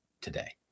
today